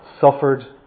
suffered